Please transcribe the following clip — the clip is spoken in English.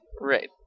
Right